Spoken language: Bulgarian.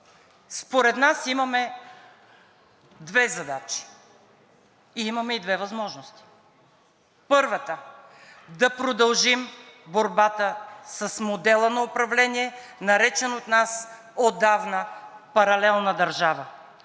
Според нас имаме две задачи, имаме и две възможности. Първата, да продължим борбата с модела на управление, наречен от нас отдавна паралелна държава,